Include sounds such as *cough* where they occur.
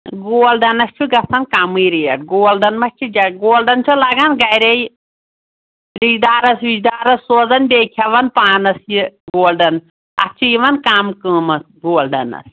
گولڈَنَس چھُ گژھان کَمٕے ریٹ گولڈَن مہ چھِ *unintelligible* گولڈَن چھِ لَگان گَرے رِشتہٕ دارَس وِشدارَس سوزان بیٚیہِ کھٮ۪وان پانَس یہِ گولڈَن اَتھ چھِ یِوان کَم قۭمَتھ گولڈَنَس